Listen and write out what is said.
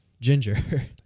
ginger